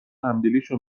همدلیشون